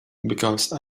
because